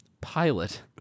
Pilot